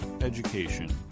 education